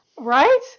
Right